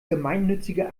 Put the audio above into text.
gemeinnützige